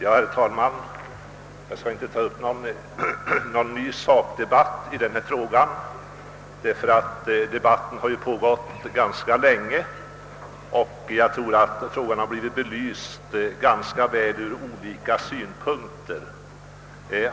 Herr talman! Jag skall inte ta upp någon ny sakdebatt i denna fråga. Diskussionen har ju pågått rätt länge, och frågan har blivit ganska väl belyst ur olika synpunkter.